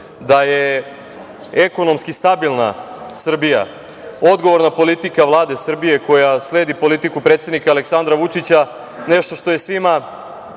da je ekonomski stabilna Srbija odgovorna politika Vlade Srbije, koja sledi politiku predsednika Aleksandra Vučića, nešto što je svima